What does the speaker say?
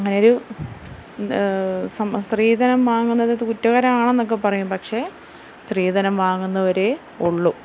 അങ്ങനൊരു സ്ത്രീധനം വാങ്ങുന്നത് കുറ്റകരമാണെന്നൊക്ക പറയും പക്ഷേ സ്ത്രീധനം വാങ്ങുന്നവരേ ഉള്ളു